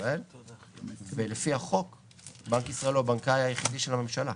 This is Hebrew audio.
ישראל ולפי החוק בנק ישראל הוא הבנקאי היחידי של הממשלה,